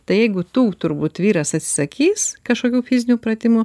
tai jeigu tų turbūt vyras atsisakys kažkokių fizinių pratimų